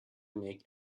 make